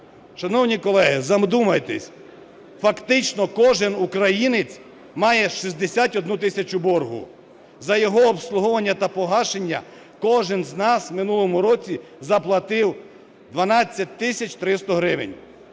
Шановні колеги, задумайтесь, фактично кожен українець має 61 тисячу боргу! За його обслуговування та погашення кожен з нас у минулому році заплатив 12 тисяч 300 гривень.